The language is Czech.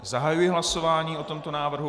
Zahajuji hlasování o tomto návrhu.